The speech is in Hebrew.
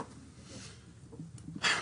בבקשה.